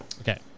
Okay